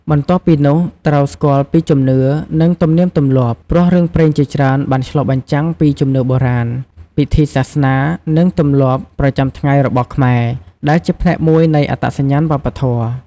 បន្ទាប់ពីនោះ ត្រូវស្គាល់ពីជំនឿ និងទំនៀមទម្លាប់ ព្រោះរឿងព្រេងជាច្រើនបានឆ្លុះបញ្ចាំងពីជំនឿបុរាណ ពិធីសាសនា និងទម្លាប់ប្រចាំថ្ងៃរបស់ខ្មែរ ដែលជាផ្នែកមួយនៃអត្តសញ្ញាណវប្បធម៌។